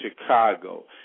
Chicago